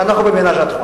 אנחנו ב-Ménage à trios.